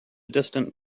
distant